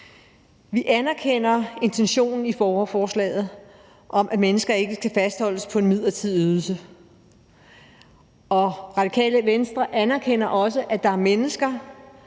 Vi anerkender intentionen i borgerforslaget om, at mennesker ikke skal fastholdes på en midlertidig ydelse, og Radikale Venstre anerkender også, at der er mennesker